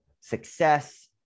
success